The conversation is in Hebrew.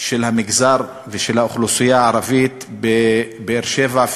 של המגזר ושל האוכלוסייה הערבית בבאר-שבע,